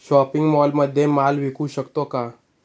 Shopping मॉलमध्ये माल विकू शकतो का?